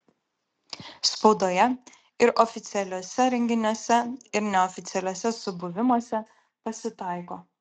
spaudoje ir oficialiuose renginiuose ir neoficialiuose subuvimuose pasitaiko